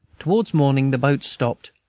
towards morning the boat stopped,